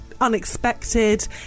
unexpected